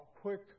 quick